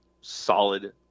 solid